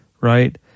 right